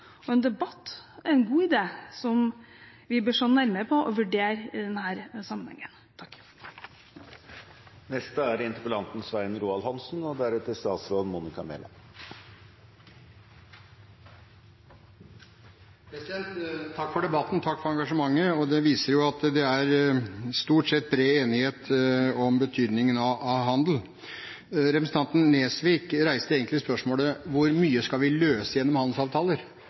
og en debatt er en god idé som vi bør se nærmere på og vurdere i denne sammenhengen. Takk for debatten, takk for engasjementet. Det viser at det stort sett er bred enighet om betydningen av handel. Representanten Nesvik reiste egentlig spørsmålet: Hvor mye skal vi løse gjennom handelsavtaler